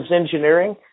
engineering